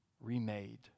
remade